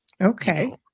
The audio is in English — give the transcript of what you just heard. Okay